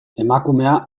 emakumea